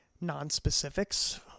non-specifics